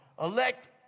elect